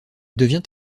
devient